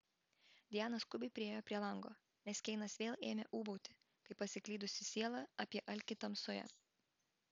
diana skubiai priėjo prie lango nes keinas vėl ėmė ūbauti kaip pasiklydusi siela apie alkį tamsoje